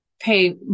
pay